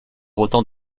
autant